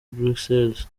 bruxelles